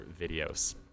videos